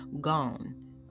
gone